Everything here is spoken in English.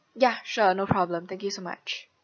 ya sure no problem thank you so much